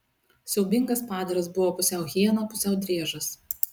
siaubingas padaras buvo pusiau hiena pusiau driežas